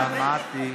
שמעתי.